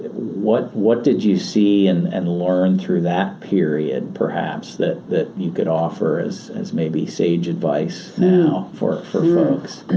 what what did you see and and learn through that period, perhaps, that that you could offer as as maybe sage advice now for for folks?